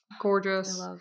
gorgeous